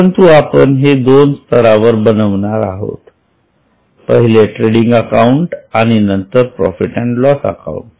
परंतु आपण हे दोन स्तरावर बनविणार आहोत पाहिले ट्रेडिंग अकाउंट आणि नंतर प्रॉफिट अँड लॉस अकाउंट